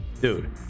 Dude